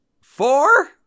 Four